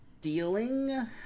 dealing